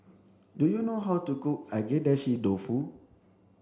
do you know how to cook Agedashi Dofu